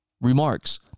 remarks